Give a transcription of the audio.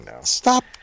stop